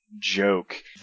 joke